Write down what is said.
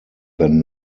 than